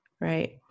Right